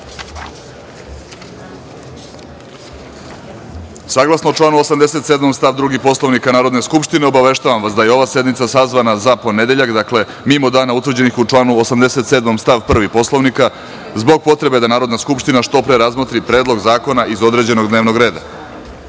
članu 87. stav 2. Poslovnika Narodne skupštine, obaveštavam vas da je ova sednica sazvana ponedeljak, dakle mimo dana utvrđenih u članu 87. stav 1. Poslovnika, zbog potrebe da Narodna skupština što pre razmotri predloge zakona iz određenog dnevnog